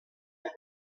had